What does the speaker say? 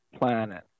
planet